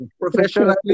professionally